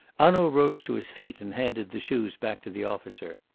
hanaud rose to his feet and handed the shoes back to the officer.